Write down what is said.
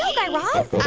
yeah guy raz